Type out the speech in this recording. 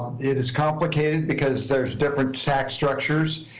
it is complicated because there's different tax structures,